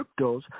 cryptos